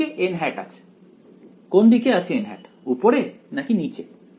কোন দিকে আছে কোন দিকে আছে উপরে নাকি নিচে